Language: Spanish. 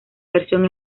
versión